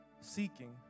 seeking